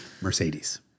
Mercedes